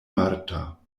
marta